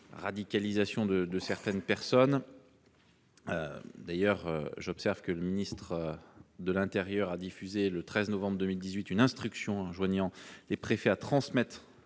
radicalisation de certaines personnes- j'observe que le ministre de l'intérieur a diffusé, le 13 novembre 2018, une instruction enjoignant aux préfets de transmettre